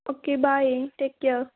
okay bye take care